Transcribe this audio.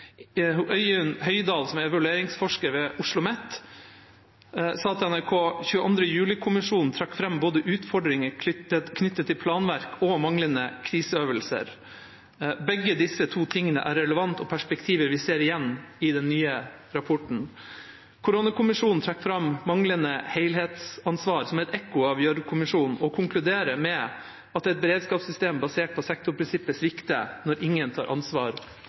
Høydal, som er evalueringsforsker ved OsloMet, sa til NRK: «22. juli-kommisjonen trakk frem både utfordringer knyttet til planverk og manglende kriseøvelser . Begge disse to tingene er jo relevant og perspektiver vi ser igjen i den nye rapporten.» Koronakommisjonen trekker fram manglende helhetsansvar, som et ekko av Gjørv-kommisjonen, og konkluderer med at et beredskapssystem basert på sektorprinsippet svikter når ingen tar ansvar